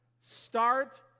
start